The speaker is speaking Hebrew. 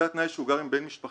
זה התנאי שהוא גר עם בן משפחה